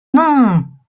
non